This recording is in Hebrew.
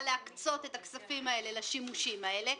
להקצות את הכספים האלה לשימושים האלה,